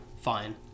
Fine